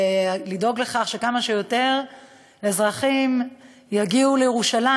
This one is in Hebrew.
לדאוג לכך שכמה שיותר אזרחים יגיעו לירושלים.